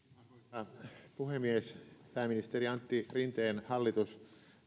arvoisa puhemies pääministeri antti rinteen hallitus